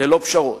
ללא פשרות.